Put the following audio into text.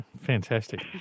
Fantastic